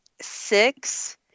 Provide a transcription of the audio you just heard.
six